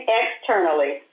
externally